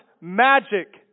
magic